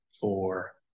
four